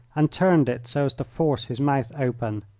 and turned it so as to force his mouth open.